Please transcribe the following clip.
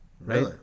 right